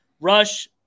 Rush